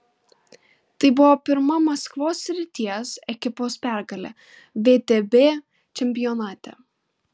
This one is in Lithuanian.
tai buvo pirma maskvos srities ekipos pergalė vtb čempionate